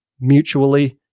mutually